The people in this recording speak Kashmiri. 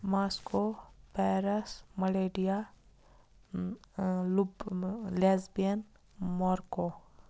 ماسکو پیرس مَلیڈیا لُپ لیسبِین مورکو